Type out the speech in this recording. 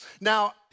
Now